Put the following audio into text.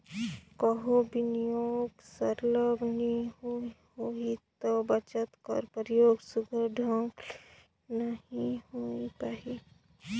कहों बिनियोग सरलग नी होही ता बचत कर परयोग सुग्घर ढंग ले नी होए पाही